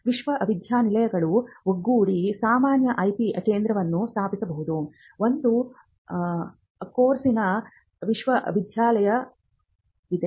ವಿಶ್ವವಿದ್ಯಾನಿಲಯಗಳು ಒಗ್ಗೂಡಿ ಸಾಮಾನ್ಯ ಐಪಿ ಕೇಂದ್ರವನ್ನು ಸ್ಥಾಪಿಸಬಹುದು ಒಂದು ಕೊಚ್ಚಿನ್ ವಿಶ್ವವಿದ್ಯಾಲಯವಿದೆ